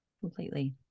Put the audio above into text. Completely